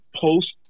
post